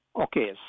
Okay